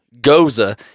Goza